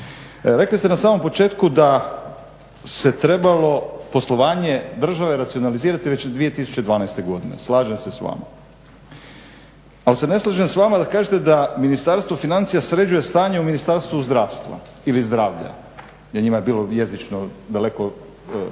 Rekli ste na samom početku da se trebalo poslovanje države racionalizirati već 2012. godine. Slažem se s vama. Ali se ne slažem s vama kad kažete da Ministarstvo financija sređuje stanje u Ministarstvu zdravstva ili zdravlja. Jer njima je bilo jezično daleko